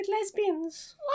lesbians